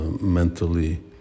Mentally